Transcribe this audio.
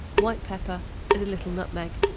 white pepper and a little nutmeg,